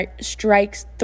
strikes